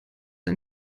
ein